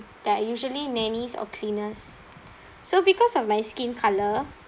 they're usually nannies or cleaners so because of my skin colour